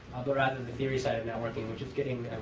but rather the theory side of networking, which is getting,